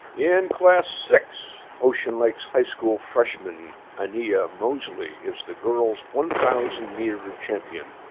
yen classics ocean lakes, high school freshman. i need mosley is the girls, one thousand mirror champion,